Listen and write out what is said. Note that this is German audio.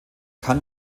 kann